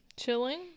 Chilling